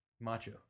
macho